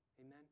Amen